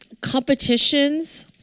competitions